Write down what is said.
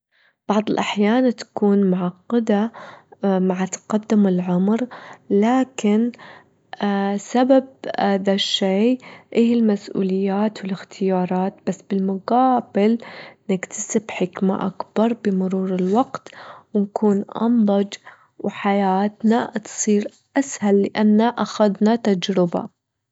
بعض الأحيان تكون معقدة مع تقدم العمر، لكن سبب هذا الشي؛ إهي المسؤليات والإختيارات بس بالمقابل نكتسب حكمة أكبر بمرور الوقت ،ونكون أنضج وحياتنا تصير أسهل لأنا أخدنا تجربة.